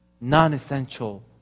non-essential